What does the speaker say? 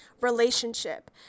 relationship